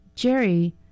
Jerry